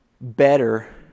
better